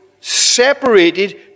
separated